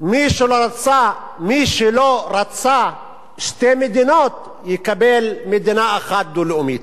מי שלא רצה שתי מדינות יקבל מדינה אחת דו-לאומית.